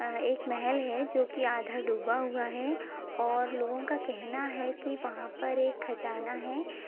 एक महल है जो कि आधा डूबा हुआ है और लोगों का कहना है कि वहाँ पर एक खजाना है